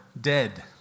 dead